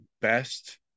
best